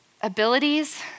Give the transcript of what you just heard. abilities